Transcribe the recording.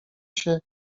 się